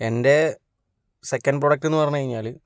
എൻ്റെ സെക്കൻഡ് പ്രൊഡക്റ്റെന്ന് പറഞ്ഞു കഴിഞ്ഞാല്